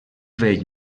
vell